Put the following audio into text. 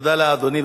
תודה לאדוני.